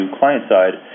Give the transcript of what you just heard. client-side